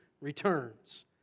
returns